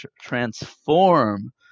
transform